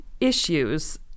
issues